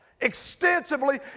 extensively